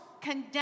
condemn